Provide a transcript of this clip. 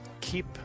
keep